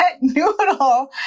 noodle